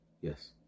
Yes